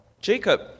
Jacob